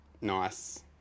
nice